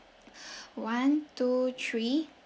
one two three